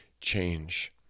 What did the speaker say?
change